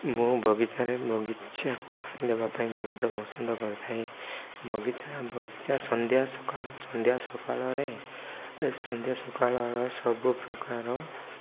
ମୁଁ ବଗିଚାରେ ବଗିଚାକୁ ପାଣି ଦବା ପାଇଁ ବହୁତ ପସନ୍ଦ କରିଥାଏ ବଗିଚା ବଗିଚା ସନ୍ଧ୍ୟା ସକାଳ ସକାଳରେ ସନ୍ଧ୍ୟା ସକାଳର ସବୁପ୍ରକାର